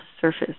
surface